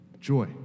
Joy